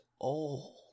old